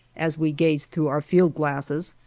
as we gazed through our field glasses,